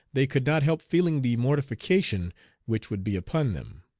they could not help feeling the mortification which would be upon them.